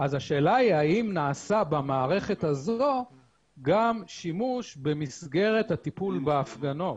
השאלה היא האם נעשה במערכת הזו גם שימוש במסגרת הטיפול בהפגנות.